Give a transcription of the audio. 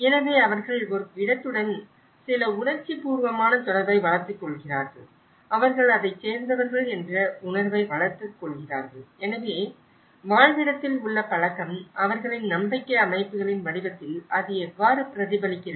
எனவே அவர்கள் ஒரு இடத்துடன் சில உணர்ச்சிபூர்வமான தொடர்பை வளர்த்துக் கொள்கிறார்கள் அவர்கள் அதை சேர்ந்தவர்கள் என்ற உணர்வை வளர்த்துக் கொள்கிறார்கள் எனவே வாழ்விடத்தில் உள்ள பழக்கம் அவர்களின் நம்பிக்கை அமைப்புகளின் வடிவத்தில் அது எவ்வாறு பிரதிபலிக்கிறது